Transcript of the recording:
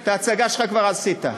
את ההצגה שלך כבר עשית.